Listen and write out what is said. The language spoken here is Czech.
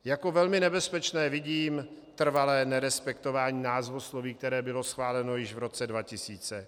Jako velmi nebezpečné vidím trvalé nerespektování názvosloví, které bylo schváleno již v roce 2000.